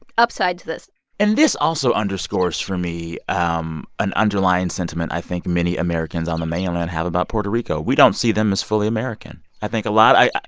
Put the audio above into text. upside to this and this also underscores for me um an underlying sentiment i think many americans on the mainland have about puerto rico. we don't see them as fully american. i think a lot one,